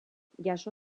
jaso